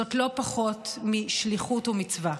זאת לא פחות משליחות ומצווה.